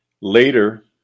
Later